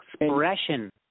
expression